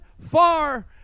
far